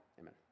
Amen